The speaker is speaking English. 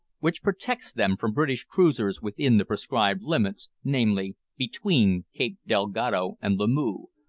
which protects them from british cruisers within the prescribed limits, namely, between cape dalgado and lamoo,